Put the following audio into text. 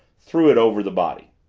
threw it over the body.